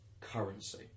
currency